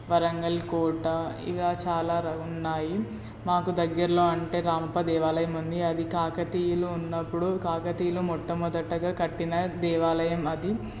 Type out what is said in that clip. వరంగల్ కోట ఇలా చాలా ర ఉన్నాయి మాకు దగ్గరలో అంటే రామప్ప దేవాలయం ఉంది అది కాకతీయులు ఉన్నప్పుడు కాకతీయులు మొట్టమొదటగా కట్టిన దేవాలయం అది